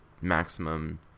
maximum